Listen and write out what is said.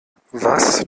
was